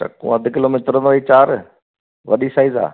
चकूं अधि किलो में तुरंदव ई चारि वॾी साइज आहे